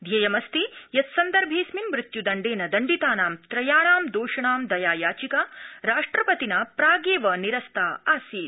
ध्येयमस्ति यत् सन्दर्भेडस्मिन् मृत्युदण्डेन दण्डितानां त्रयाणां दोषिणां दया याचिका राष्ट्रपतिना प्रागेव निरस्ता आसीत्